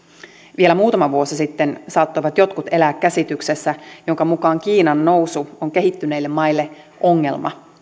vielä muutama vuosi sitten saattoivat jotkut elää käsityksessä jonka mukaan kiinan nousu on kehittyneille maille ongelma